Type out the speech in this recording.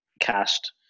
cast